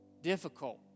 difficult